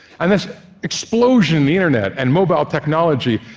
and this explosion, the internet, and mobile technology,